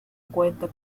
cuenta